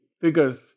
figures